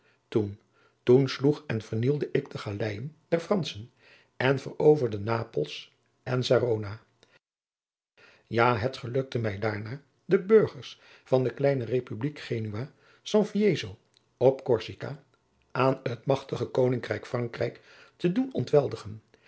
toen toen sloeg en vernielde ik de galeijen der franschen en veroverde napels en sarona ja het gelukte mij daarna den burgers van de kleine republiek genua sanfiezo op corsica aan het magtig koningrijk frankrijk te doen ontweldigen